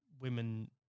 women